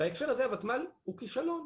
בהקשר הזה, הוותמ"ל הוא כישלון,